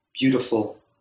beautiful